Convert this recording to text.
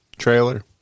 trailer